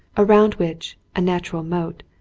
around which, a natural moat,